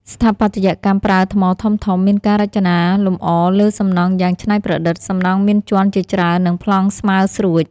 ស្ថាបត្យកម្ម ប្រើថ្មធំៗ មានការរចនាលម្អលើសំណង់យ៉ាងច្នៃប្រឌិត។ សំណង់មានជាន់ជាច្រើន និងប្លង់ស្មើស្រួច។